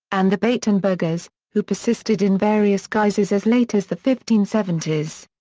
and the batenburgers, who persisted in various guises as late as the fifteen seventy s.